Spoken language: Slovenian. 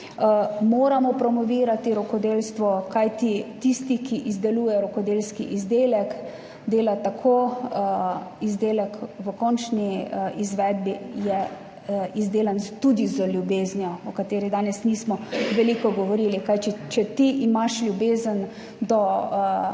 Moramo promovirati rokodelstvo, kajti tisti, ki izdeluje rokodelski izdelek, dela tako, da je izdelek v končni izvedbi izdelan tudi z ljubeznijo, o kateri danes nismo veliko govorili, kajti če imaš ljubezen do